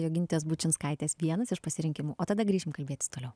jogintės bučinskaitės vienas iš pasirinkimų o tada grįšim kalbėtis toliau